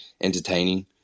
entertaining